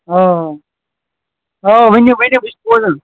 آ آ ؤنِو ؤنِو بہٕ چھُس بوزان